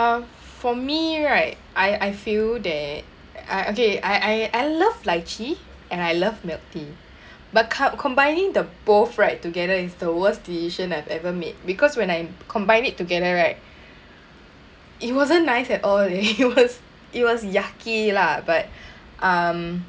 ~(uh) for me right I I feel that I okay I I love lychee and I love milk tea but ca~ combining the both right together is the worst decision I've ever made because when I combine it together right it wasn't nice at all it was it was yucky lah but um